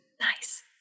Nice